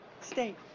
stay